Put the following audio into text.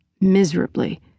miserably